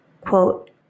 Quote